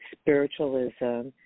spiritualism